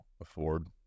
afford